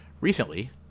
Recently